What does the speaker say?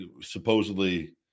supposedly